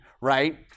right